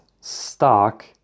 stock